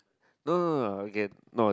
no no no no no we cannot